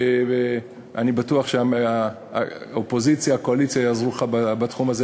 אני בטוח שהאופוזיציה והקואליציה יעזרו לך בתחום הזה,